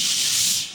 ששש.